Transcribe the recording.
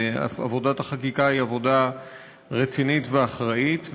ועבודת החקיקה היא עבודה רצינית ואחראית.